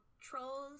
trolls